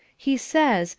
he says,